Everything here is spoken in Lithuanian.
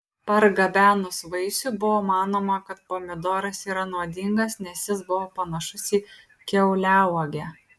pargabenus vaisių buvo manoma kad pomidoras yra nuodingas nes jis buvo panašus į kiauliauogę